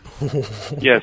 Yes